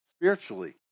spiritually